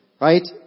right